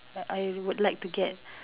that I would like to get